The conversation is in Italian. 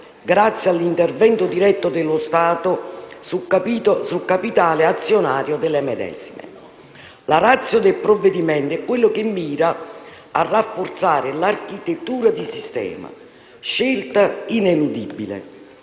grazie all'intervento diretto dello Stato sul capitale azionario delle medesime. La *ratio* del provvedimento mira a rafforzare l'architettura di sistema: scelta ineludibile.